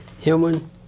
human